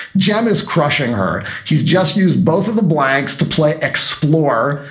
jam is crushing her. he's just used both of the blanks to play explore.